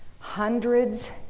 Hundreds